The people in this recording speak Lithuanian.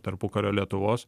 tarpukario lietuvos